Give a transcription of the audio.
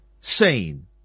seen